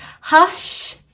hush